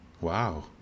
Wow